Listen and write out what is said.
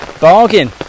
Bargain